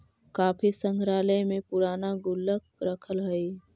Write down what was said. काफी संग्रहालय में पूराना गुल्लक रखल हइ